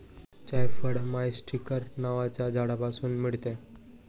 जायफळ मायरीस्टीकर नावाच्या झाडापासून मिळते